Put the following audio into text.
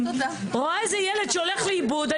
רואה איזה ילד שהולך לאיבוד,